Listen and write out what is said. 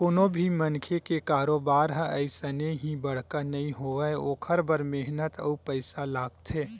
कोनो भी मनखे के कारोबार ह अइसने ही बड़का नइ होवय ओखर बर मेहनत अउ पइसा लागथे